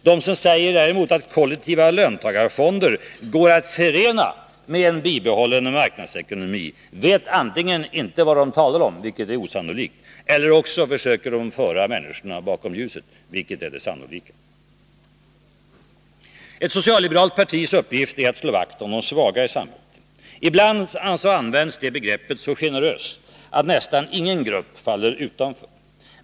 De som säger att kollektiva löntagarfonder går att förena med en bibehållen marknadsekonomi vet antingen inte vad de talar om, vilket är osannolikt, eller också försöker de föra människorna bakom ljuset, vilket är det sannolika. Ett socialliberalt partis uppgift är att slå vakt om de svaga i samhället. Ibland används det begreppet så generöst att nästan ingen grupp faller utanför.